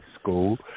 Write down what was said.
school